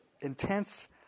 intense